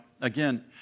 again